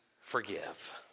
forgive